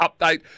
update